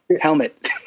helmet